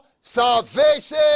salvation